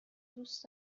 دوست